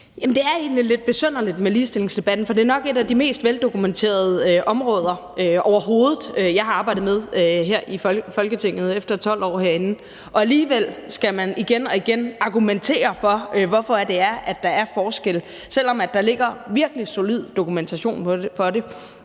Det er egentlig lidt besynderligt med ligestillingsdebatten, for det er nok et af de mest veldokumenterede områder overhovedet, jeg har arbejdet med her i Folketinget efter 12 år herinde. Alligevel skal man igen og igen argumentere for, at der er forskelle, selv om der ligger virkelig solid dokumentation for det.